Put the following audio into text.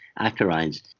acarines